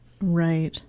Right